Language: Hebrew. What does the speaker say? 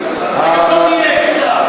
גם לא תהיה.